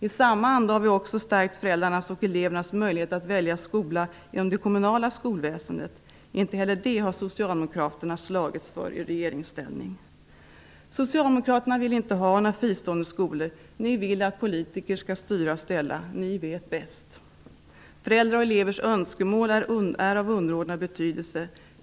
I samma anda har vi också stärkt föräldrarnas och elevernas möjlighet att välja skola inom det kommunala skolväsendet. Inte heller det har Socialdemokraterna slagits för i regeringsställning. Socialdemokraterna vill inte ha några fristående skolor. Ni vill att politiker skall styra och ställa. Ni vet bäst. Föräldrars och elevers önskemål är av underordnad betydelse.